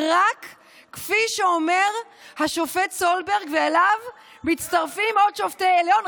כפי שאומר השופט סולברג ואליו מצטרפים עוד שופטי עליון,